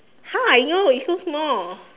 how I know it's so small